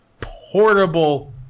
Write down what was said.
portable